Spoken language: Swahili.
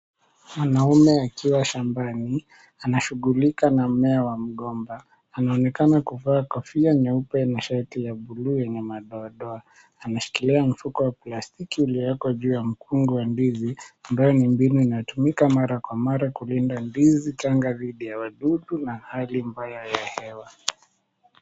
Mwanaume akiwa shambani anashughulika na mmea wa mgomba. Anaonekana kuvaa kofia nyeupe na shati ya blue yenye madoadoa. Anashikilia mfuko wa plastiki uliowekwa juu ya mkungu wa ndizi, ambayo ni mbinu inatumika mara kwa mara kulinda ndizi changa dhidi ya wadudu na hali mbaya ya hewa.